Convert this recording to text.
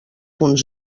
punt